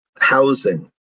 housing